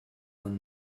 won